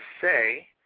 say